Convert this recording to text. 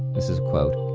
this is quote,